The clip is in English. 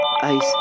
ice